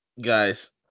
guys